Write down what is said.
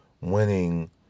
winning